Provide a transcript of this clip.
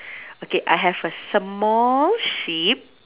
okay I have a small sheep